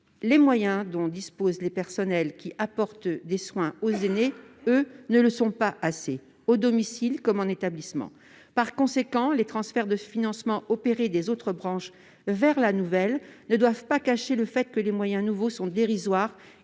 les moyens dont disposent les personnels qui apportent des soins aux aînés ne le sont pas assez, que ce soit à domicile ou en établissement. Par conséquent, les transferts de financement opérés des autres branches vers la nouvelle ne doivent pas cacher le fait que les moyens nouveaux sont dérisoires